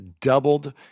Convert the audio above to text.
doubled